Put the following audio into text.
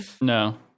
No